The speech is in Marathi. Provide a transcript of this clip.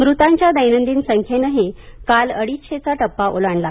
मृतांच्या दैनंदिन संख्येनंही काल अडीचशेचा टप्पा ओलांडला